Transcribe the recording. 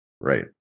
Right